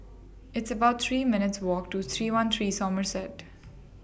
It's about three minutes' Walk to three one three Somerset